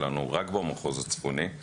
שלנו רק במחוז הצפוני.